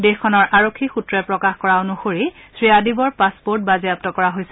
দেশখনৰ আৰক্ষী সূত্ৰই প্ৰকাশ কৰা অনুসৰি শ্ৰী আদিৱৰ পাছপৰ্ট বাজেয়াপ্ত কৰা হৈছে